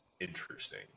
interesting